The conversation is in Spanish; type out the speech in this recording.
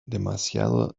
demasiado